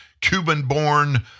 Cuban-born